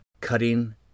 cutting